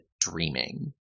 dreaming